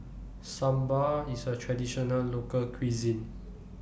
Sambar IS A Traditional Local Cuisine